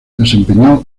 desempeñó